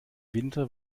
winter